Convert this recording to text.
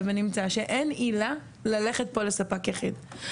ונמצא שאין פה עילה ללכת לספק יחיד.